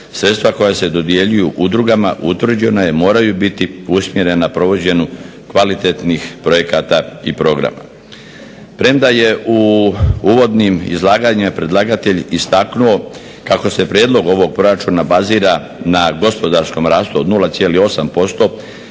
Sredstava koja se dodjeljuju udrugama utvrđeno je moraju biti usmjerena provođenju kvalitetnih projekata i programa. Premda je u uvodnim izlaganjima predlagatelj istaknuo kako se prijedlog ovog proračuna bazira na gospodarskom rastu od 0,8%